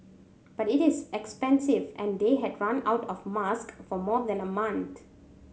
but it is expensive and they had run out of masks for more than a month